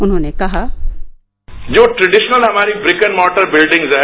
उन्होंने कहा जो ट्रेडनिशनल हमारी ब्रेक ऑन मॉडल बिल्डिंग है